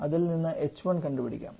അതിൽ നിന്ന് h1 കണ്ടുപിടിക്കാം